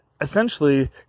essentially